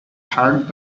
third